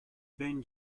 ben